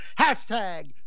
hashtag